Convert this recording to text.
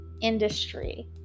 industry